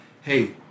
hey